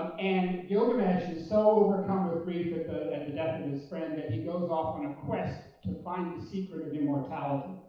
and gilgamesh is so overcome with grief at the at the death of his friend that he goes off on a a quest to find the secret of immortality.